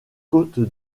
côte